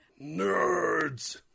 Nerds